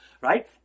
right